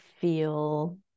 feel